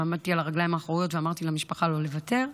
ועמדתי על הרגליים האחוריות ואמרתי למשפחה לא לוותר.